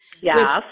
Yes